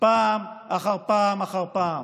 פעם אחר פעם אחר פעם.